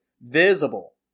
visible